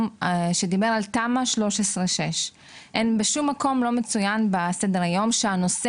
שדיבר על תמ"א 6/13. בשום מקום לא מצוין בסדר היום שהנושא